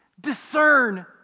Discern